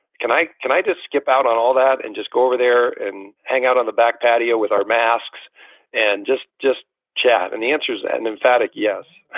can i. can i just skip out on all that and just go over there and hang out on the back patio with our masks and just just chat? and the answer is an emphatic yes